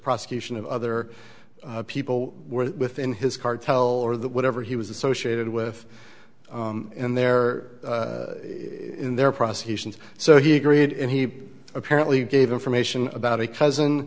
prosecution of other people were within his cartel or that whatever he was associated with in their in their prosecutions so he agreed and he apparently gave information about a cousin